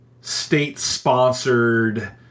state-sponsored